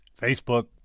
Facebook